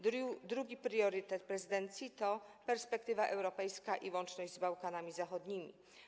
Drugi priorytet prezydencji to perspektywa europejska i łączność z Bałkanami Zachodnimi.